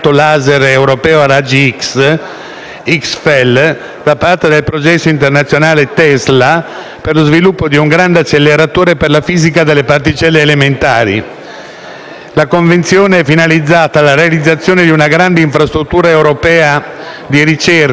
da parte del Progetto internazionale TESLA, per lo sviluppo di un grande acceleratore per la fisica delle particelle elementari. La Convenzione è finalizzata alla realizzazione di una grande infrastruttura europea di ricerca, dal costo di oltre 1,2 miliardi di euro,